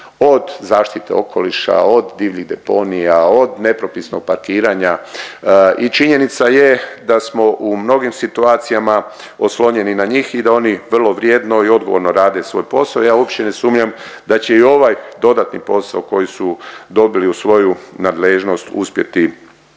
od zaštite okoliša, od divljih deponija, od nepropisnog parkiranja i činjenica je da smo u mnogim situacijama oslonjeni na njih i da oni vrlo vrijedno i odgovorno rade svoj posao. Ja uopće ne sumnjam da će i ovaj dodatni posao koji su dobili u svoju nadležnost uspjeti